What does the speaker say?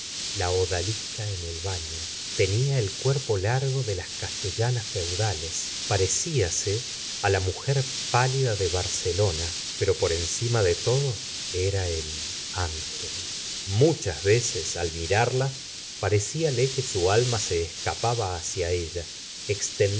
cla odalisca en el baño tenia el cuerpo la rgo de las castellanas feudales pareciase á la mujer pálida de barcelona p ero por encima de to do era el ángeh muchas veces al mirarla parecíale que su alma se escapaba hacia ella